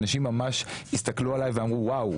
אנשים ממש הסתכלו עליי ואמרו וואו,